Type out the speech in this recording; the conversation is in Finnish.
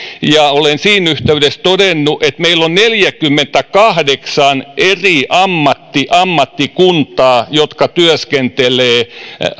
ja olen siinä yhteydessä todennut että meillä on neljäkymmentäkahdeksan eri ammattikuntaa jotka työskentelevät